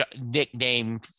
nickname